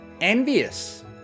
Envious